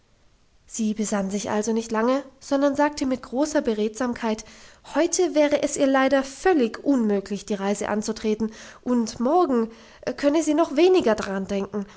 sie besann sich also nicht lange sondern sagte mit großer beredsamkeit heute wäre es ihr leider völlig unmöglich die reise anzutreten und morgen könnte sie noch weniger daran denken